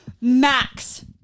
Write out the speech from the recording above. Max